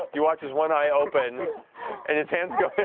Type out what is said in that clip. you watch as one eye opens and his hands go